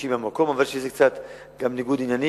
אנשים מהמקום, אבל יש בזה גם קצת ניגוד עניינים.